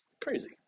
Crazy